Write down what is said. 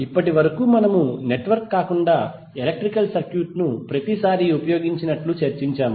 ఇప్పటివరకు మనము నెట్వర్క్ కాకుండా ఎలక్ట్రికల్ సర్క్యూట్ ను ప్రతిసారీ ఉపయోగించినట్లు చర్చించాము